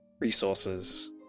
resources